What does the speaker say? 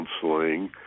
counseling